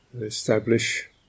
establish